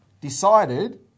decided